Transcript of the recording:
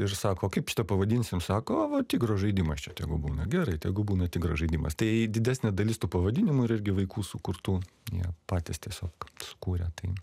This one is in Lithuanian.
ir sako kaip pavadinsim sako a va tigro žaidimas čia tegu būna gerai tegu būna tigro žaidimas tai didesnė dalis tų pavadinimų ir irgi vaikų sukurtų jie patys tiesiog sukūrė tai